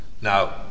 now